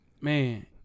man